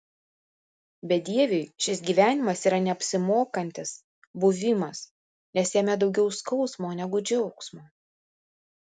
bedieviui šis gyvenimas yra neapsimokantis buvimas nes jame daugiau skausmo negu džiaugsmo